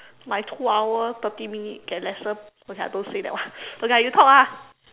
my two hour thirty minutes get lesser okay I don't say that one okay lah you talk lah